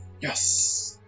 Yes